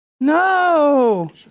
No